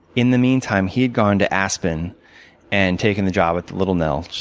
in the meantime, he had gone to aspen and taken the job with little nell,